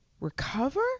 recover